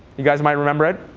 you guys might remember it.